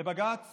לבג"ץ